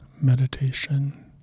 meditation